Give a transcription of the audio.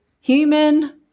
human